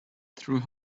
through